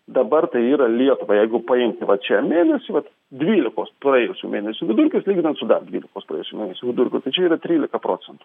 dabar tai yra lietuvai jeigu paimsi vat čia mėnesį vat dvylikos praėjusių mėnesių vidurkius lyginant su dar dvylikos praėjusių mėnesių vidurkių tai čia yra trylika procentų